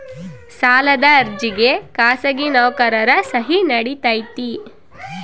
ಸಾಲದ ಅರ್ಜಿಗೆ ಖಾಸಗಿ ನೌಕರರ ಸಹಿ ನಡಿತೈತಿ?